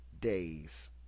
days